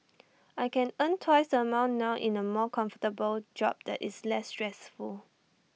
I can earn twice the amount now in A more comfortable job that is less stressful